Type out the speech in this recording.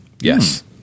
Yes